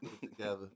together